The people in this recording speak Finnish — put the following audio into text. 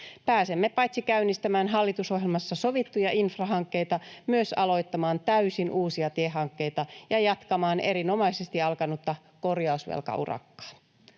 Pääsemme paitsi käynnistämään hallitusohjelmassa sovittuja infrahankkeita myös aloittamaan täysin uusia tiehankkeita ja jatkamaan erinomaisesti alkanutta korjausvelkaurakkaa.